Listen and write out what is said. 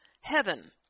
heaven